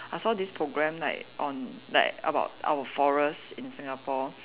I saw this program like on like about our forest in Singapore